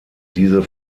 diese